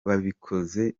babikoze